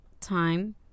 time